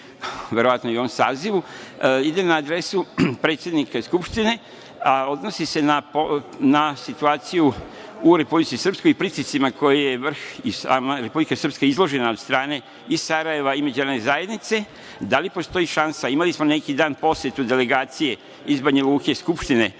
verovatno u ovom sazivu, ide na adresu predsednika Skupštine, odnosi se na situaciju u Republici Srpskoj i pritiscima kojim je i sama Republika Srpska izložena od strane Sarajeva i međunarodne zajednice - da li postoji šansa, imali smo pre neki dan posetu delegacije iz Banja Luke, Skupštine